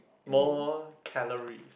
more calories